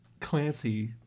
Clancy